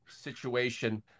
situation